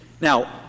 Now